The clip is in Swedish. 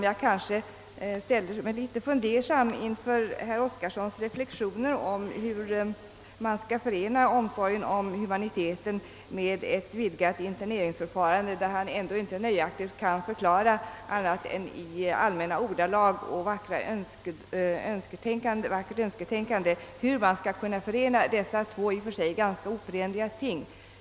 Jag är litet fundersam inför herr Oskarsons reflexioner om hur man skall förena omsorgen om humaniteten med ett vidgat interneringsförfarande, Han kan ändå inte annat än i allmänna ordalag och i ett vackert önsketänkande förklara hur man skall kunna förena dessa två i och för sig ganska oförenliga ting.